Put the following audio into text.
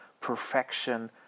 perfection